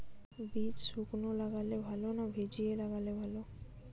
বীজ শুকনো লাগালে ভালো না ভিজিয়ে লাগালে ভালো?